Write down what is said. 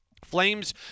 Flames